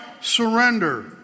surrender